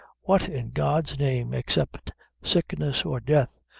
what, in god's name, except sickness or death,